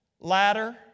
ladder